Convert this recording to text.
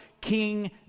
King